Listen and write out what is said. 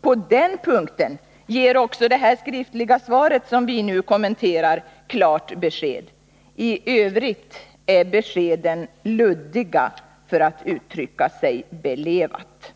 På den punkten ger också det här skriftliga svaret som vi nu kommenterar klart besked; i övrigt är beskeden luddiga, för att uttrycka sig belevat.